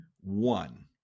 one